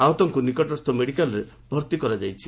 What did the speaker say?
ଆହତଙ୍କୁ ନିକଟସ୍କୁ ମେଡ଼ିକାଲରେ ଭର୍ତି କରାଯାଇଛି